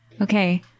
Okay